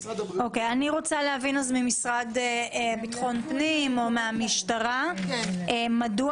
אז אני רוצה להבין מהמשרד לביטחון הפנים או מהמשטרה מדוע